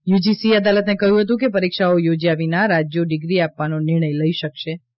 યુજીસીએ અદાલતને કહ્યું હતું કે પરીક્ષાઓ યોજ્યા વિના રાજ્યો ડિગ્રી આપવાનો નિર્ણય લઈ શકશે નહીં